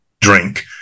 drink